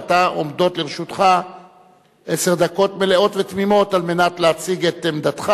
עומדות לרשותך עשר דקות מלאות ותמימות על מנת להציג את עמדתך